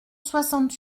soixante